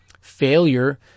Failure